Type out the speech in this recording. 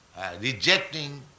rejecting